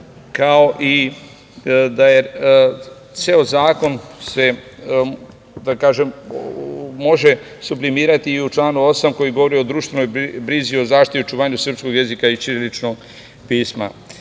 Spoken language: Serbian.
kao i da se ceo zakon može sublimirati i u članu 8. koji govori o društvenoj brizi, o zaštiti i očuvanju srpskog jezika i ćiriličnog pisma. Jednom